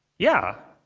yeah.